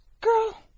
Girl